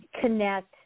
connect